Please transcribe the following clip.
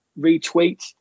retweet